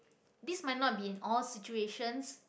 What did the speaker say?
this might not been in all situations